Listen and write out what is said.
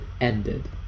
ended